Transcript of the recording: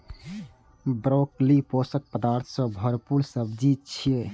broccoli पोषक पदार्थ सं भरपूर सब्जी छियै